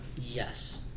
Yes